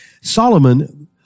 Solomon